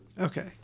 Okay